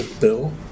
bill